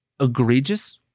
egregious